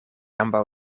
ambaŭ